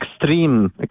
extreme